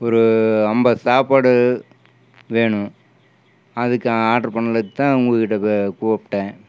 ஒரு ஐம்பது சாப்பாடு வேணும் அதுக்கு ஆர்ட்ரு பண்ணத்தான் உங்கள்கிட்டக்க கூப்பிட்டேன்